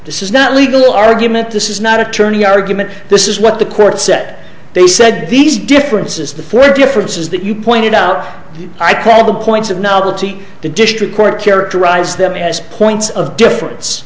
this is not legal argument this is not attorney argument this is what the court set they said these differences the four differences that you pointed out i call the points of novelty the district court characterize them as points of difference